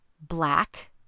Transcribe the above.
black